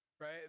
right